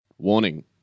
Warning